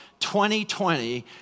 2020